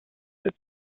his